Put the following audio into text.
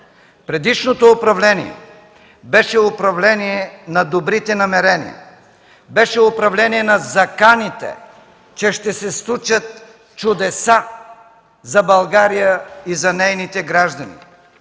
Предишното управление беше управление на добрите намерения, беше управление на заканите, че ще се случат чудеса за България и за нейните граждани.